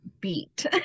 beat